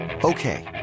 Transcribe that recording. Okay